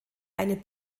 eine